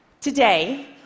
Today